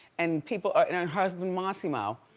and people, and her husband mossimo,